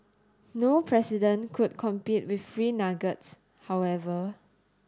no president could compete with free nuggets however